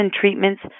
treatments